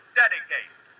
dedicate